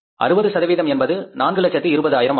60 சதவீதம் என்பது 420000 ஆக இருக்கும்